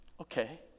okay